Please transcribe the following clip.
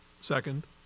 Second